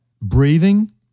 Breathing